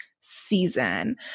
season